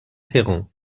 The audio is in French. ferrand